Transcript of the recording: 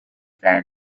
said